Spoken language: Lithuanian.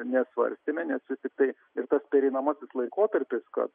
nesvarstėme nes vis tiktai ir tas pereinamasis laikotarpis kad